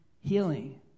healing